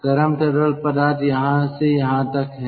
गर्म तरल पदार्थ यहाँ से यहाँ तक है